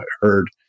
heard